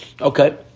Okay